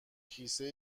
کیسه